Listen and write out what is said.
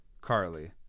Carly